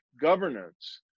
governance